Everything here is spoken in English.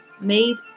made